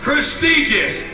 Prestigious